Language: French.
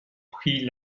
prit